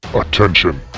Attention